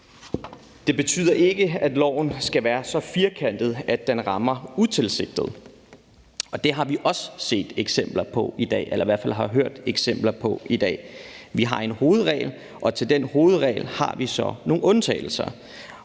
Det betyder ikke, at loven skal være så firkantet, at den rammer utilsigtet. Det har vi også set eksempler på i dag eller i hvert fald hørt eksempler på i dag. Vi har en hovedregel, og til den hovedregel har vi så nogle undtagelser,